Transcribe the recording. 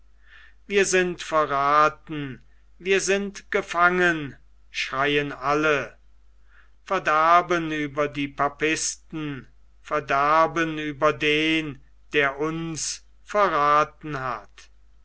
wir sind verrathen wir sind gefangen schreien alle verderben über die papisten verderben über den der uns verrathen hat